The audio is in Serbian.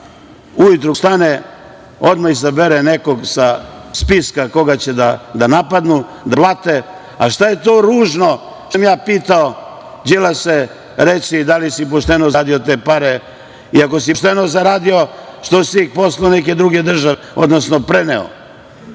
ujutru kad ustane odmah izabere nekog sa spiska koga će da napadnu, da ga blate, a šta je to ružno što sam pitao – Đilase, reci da li si pošteno zaradio te pare i ako si pošteno zaradio, što si ih poslao u neke druge države, odnosno preneo